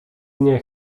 nie